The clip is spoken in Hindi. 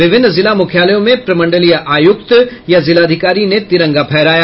विभिन्न जिला मुख्यालयों में प्रमंडलीय आयुक्त या जिलाधिकारी ने तिरंगा फहराया